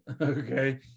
okay